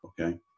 Okay